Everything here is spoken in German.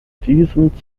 diesem